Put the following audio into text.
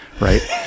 Right